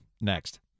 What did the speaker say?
next